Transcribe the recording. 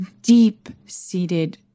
deep-seated